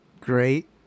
Great